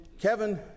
Kevin